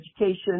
education